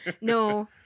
No